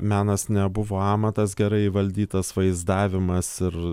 menas nebuvo amatas gerai įvaldytas vaizdavimas ir